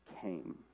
came